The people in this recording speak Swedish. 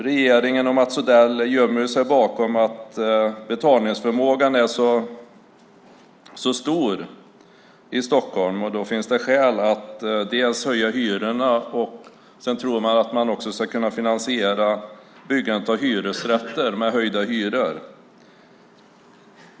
Regeringen och Mats Odell gömmer sig bakom att betalningsförmågan är så stor i Stockholm och säger att då finns det skäl att höja hyrorna. Sedan tror man också att man ska kunna finansiera byggandet av hyresrätter med höjda hyror.